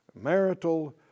marital